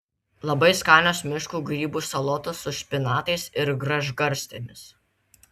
labai skanios miško grybų salotos su špinatais ir gražgarstėmis